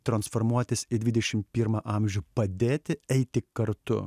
transformuotis į dvidešimt pirmą amžių padėti eiti kartu